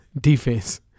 defense